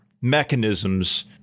mechanisms